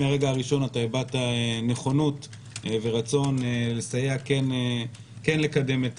מהרגע הראשון אתה הבעת נכונות ורצון לסייע וכן לקדם את